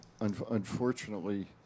unfortunately